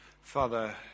Father